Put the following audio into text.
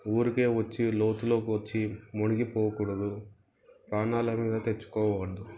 ఊరికే వచ్చి లోతులో వచ్చి మునిగి పోకూడదు ప్రాణాల మీద తెచ్చుకోవద్దు